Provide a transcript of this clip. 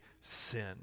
sin